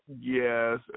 Yes